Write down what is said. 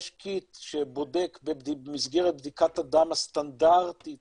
יש קיט שבודק במסגרת בדיקת הדם הסטנדרטית